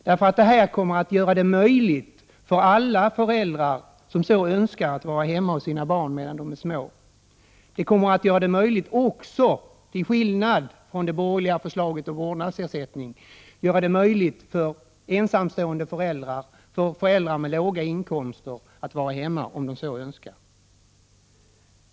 Det gör det möjligt för alla föräldrar som så önskar att vara hemma hos sina barn medan dessa är små. Till skillnad från det borgerliga förslaget om vårdnadsersättning kommer det att göra det möjligt för ensamstående föräldrar och för föräldrar med låga inkomster att vara hemma om de så önskar.